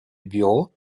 bureaux